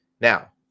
Now